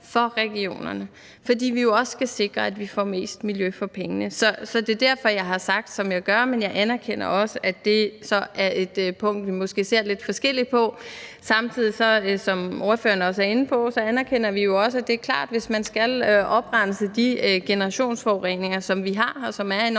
for regionerne, fordi vi jo også skal sikre, at vi får mest miljø for pengene. Så det er derfor, jeg har sagt, som jeg gjorde, men jeg anerkender også, at det er et punkt, vi måske ser lidt forskelligt på. Samtidig, som ordføreren var inde på, så anerkender vi jo også, at det er klart, at hvis man skal oprense de generationsforureninger, som vi har, og som er enormt